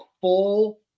full –